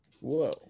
whoa